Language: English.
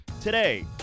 today